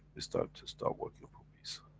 to start to start working for peace.